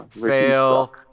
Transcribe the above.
Fail